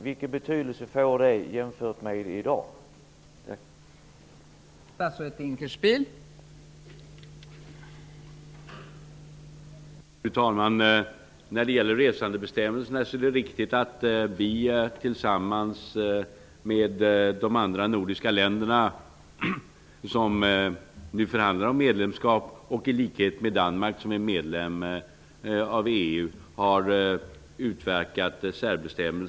Vilken betydelse får alltså detta jämfört med hur det är i dag?